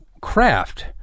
craft